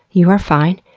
you are fine,